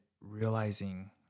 realizing